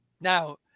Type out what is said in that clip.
Now